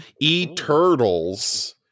E-Turtles